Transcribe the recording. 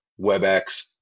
WebEx